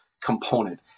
component